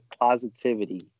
positivity